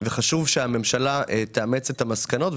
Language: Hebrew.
וחשוב שהממשלה תאמץ את המסקנות,